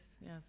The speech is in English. yes